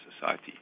society